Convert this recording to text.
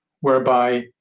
whereby